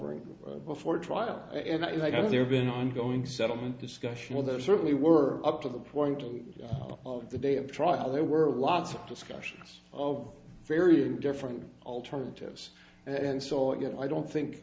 resolved before trial and i got there been ongoing settlement discussion or there certainly were up to the point of the day of trial there were lots of discussions of varying different alternatives and so again i don't think